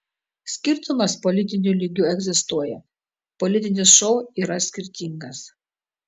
skirtumas politiniu lygiu egzistuoja politinis šou yra skirtingas